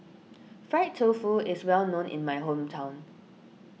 Fried Tofu is well known in my hometown